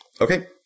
Okay